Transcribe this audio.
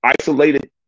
isolated